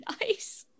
nice